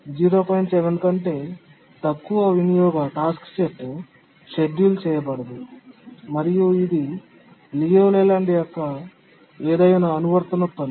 7 కంటే తక్కువ వినియోగ టాస్క్ సెట్ షెడ్యూల్ చేయబడదు మరియు ఇది లియు లేలాండ్ యొక్క ఏదైనా అనువర్తనం పని